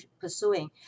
pursuing